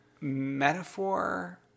metaphor